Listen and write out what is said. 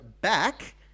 back